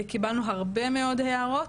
קיבלנו הרבה מאוד הערות.